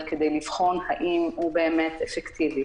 אתה לא עוסק בפיקוח,